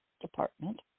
Department